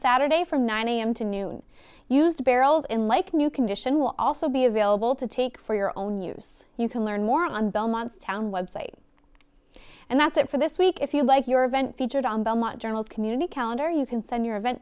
saturday from nine am to noon used barrels in like new condition will also be available to take for your own use you can learn more on belmont's town website and that's it for this week if you like your event featured on belmont journal's community calendar you can send your event